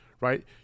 right